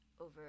over